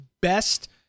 best